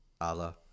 Allah